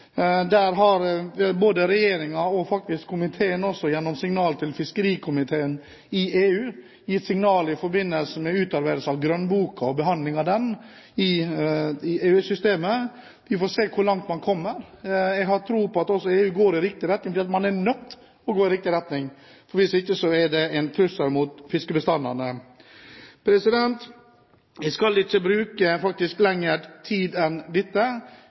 Der har både regjeringen og også komiteen gitt signaler til fiskerikomiteen i EU i forbindelse med utarbeidelse av grønnboken og behandling av den i EU-systemet. Vi får se hvor langt man kommer. Jeg har tro på at også EU går i riktig retning, for man er nødt til å gå i riktig retning, hvis ikke er det en trussel mot fiskebestandene. Jeg skal faktisk ikke bruke lengre tid enn dette.